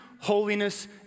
holiness